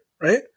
right